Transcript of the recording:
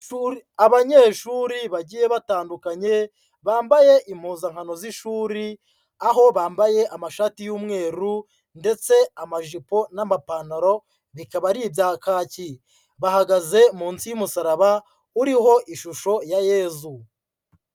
Abanyeshuri bagiye batandukanye, bambaye impuzankano z'ishuri, aho bambaye amashati y'umweru ndetse amajipo n'amapantaro bikaba ari ibya kaki, bahagaze munsi y'umusaraba uriho ishusho ya Yezu.